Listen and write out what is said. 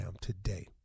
today